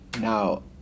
now